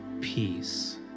peace